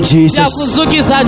Jesus